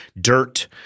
dirt